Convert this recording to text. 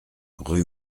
rue